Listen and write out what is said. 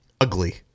Ugly